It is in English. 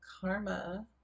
karma